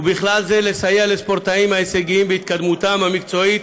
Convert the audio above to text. ובכלל זה לסייע לספורטאים ההישגיים בהתקדמותם המקצועית,